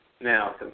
Now